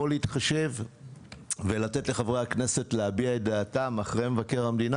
אני יכול להתחשב ולתת לחברי הכנסת להביע דעתם אחרי מבקר המדינה